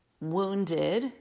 wounded